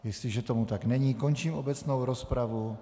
Jestliže tomu tak není, končím obecnou rozpravu.